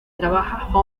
trabaja